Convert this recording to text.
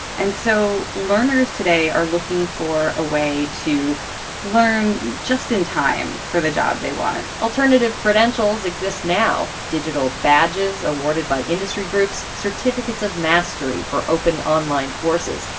and so learners today are looking for a way to learn just in time for the job they want. alternative credentials exist now, including digital badges awarded by industry groups, certificates of mastery for open online courses,